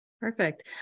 Perfect